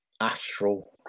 astral